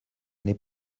n’est